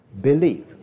believe